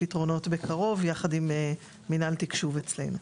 פתרון בזמן הקרוב יחד עם מנהל התקשוב אצלנו.